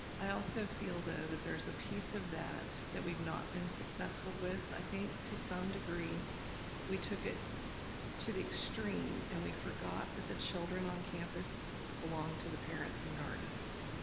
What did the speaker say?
i also feel that there's a piece of that that we've not been successful with. i think to some degree we took it to the extreme and we forgot that the children on campus belonged to the parents and guardians.